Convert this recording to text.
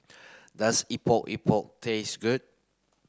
does Epok Epok taste good